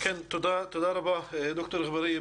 תודה רבה ד"ר אגבאריה,